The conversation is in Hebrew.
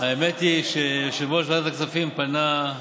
האמת היא שיושב-ראש ועדת הכספים פנה,